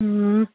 ꯎꯝ